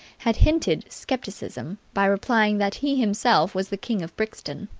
had hinted scepticism by replying that he himself was the king of brixton.